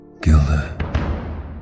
Gilda